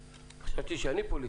חשבתי שאני פוליטיקאי.